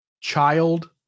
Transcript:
child